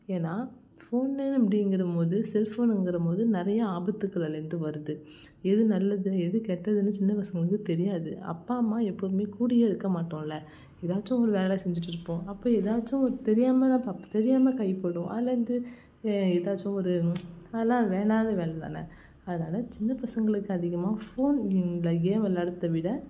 ஏன்னா ஃபோனு அப்படிங்கிறம்போது செல் ஃபோனுங்கிற போது நிறையா ஆபத்துக்கள் அதுலேருந்து வருது எது நல்லது எது கெட்டதுன்னு சின்னப்பசங்களுக்குத் தெரியாது அப்பா அம்மா எப்போதுமே கூடயே இருக்கமாட்டோமில்ல எதாச்சும் ஒருவேலை செஞ்சுட்டு இருப்போம் அப்போ எதாச்சும் ஒரு தெரியாமல்தான் பா தெரியாமல் கைப்படும் அதுலேருந்து எதாச்சும் ஒரு அதலாம் வேண்டாத வேலைதான அதனால் சின்ன பசங்களுக்கு அதிகமாக ஃபோனில் கேம் வெளாடுறத விட